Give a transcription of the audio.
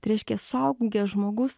tai reiškia suaugęs žmogus